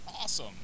awesome